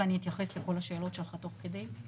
ואני אתייחס לכל השאלות שלך תוך כדי?